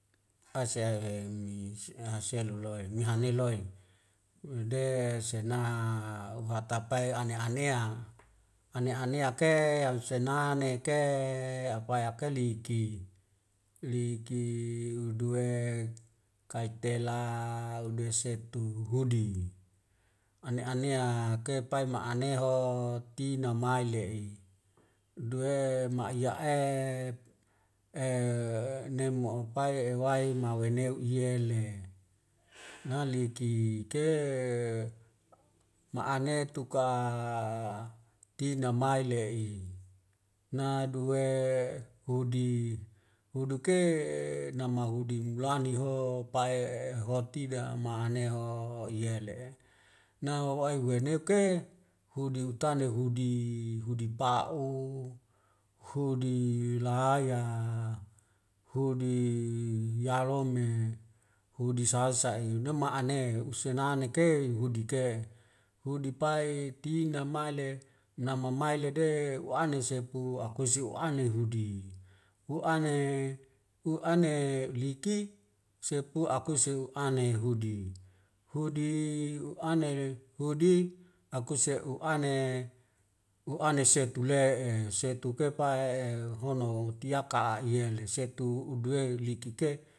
Hasea a emi sea asea lulawaihmiha neloi mede sena uhatapai ane anea anea anea ke yaung senane ke abe akeliki liki udu we kaitela udu we setu hudi ane anea ke pae ma'ane neho tina maile'i duwe ma'aya'e e nemo'o pai ya ewai naweni u'yele naliki ke ma'ane tuka tina maile i naduwe hudi huduke ke nama hudi mulani ho pae e ho'tiwa ma'ane ho yele'e nawai huweneke hudi hutane hudi hudi pa'u hudi laya hudi yalome hudi salsa'i numa'ane usenane ke hudi ke hudi pai tina male namamae le de u'ane sepu akuse u'ane hudi hu'ane hu'ane liki sepu akuse hu'ane hudi hudi u'ane le hudi akuse u'ane u'ane sertu le'e setuk ke pa'e e hono hotiaka a iyele setu uduwei liki ke